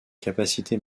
capacités